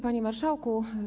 Panie Marszałku!